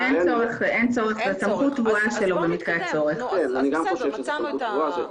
אין צורך לרשום את זה.